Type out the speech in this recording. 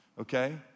okay